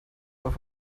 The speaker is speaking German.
auf